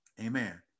amen